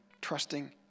trusting